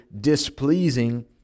displeasing